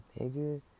nigga